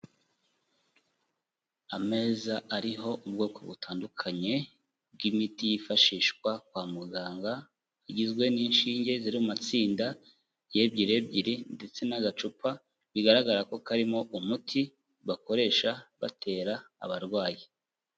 Ameza ariho ubwoko butandukanye bw'imiti yifashishwa kwa muganga, igizwe n'inshinge ziri mu matsinda y'ebyiri ebyiri ndetse n'agacupa bigaragara ko karimo umuti bakoresha batera abarwayi.